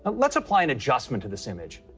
and let's apply an adjustment to this image.